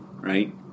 right